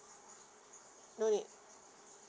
no need